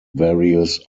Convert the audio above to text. various